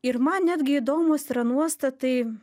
ir man netgi įdomūs yra nuostatai